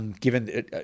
Given